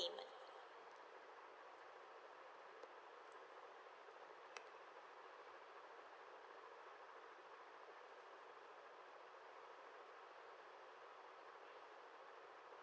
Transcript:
payment